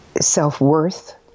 self-worth